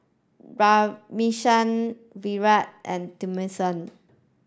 Radhakrishnan Virat and Thamizhavel